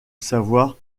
savoir